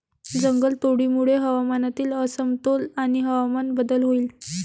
जंगलतोडीमुळे हवामानातील असमतोल आणि हवामान बदल होईल